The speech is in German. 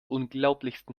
unglaublichsten